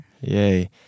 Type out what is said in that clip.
Yay